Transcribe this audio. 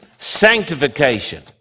sanctification